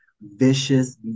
vicious